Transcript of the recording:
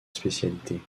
spécialité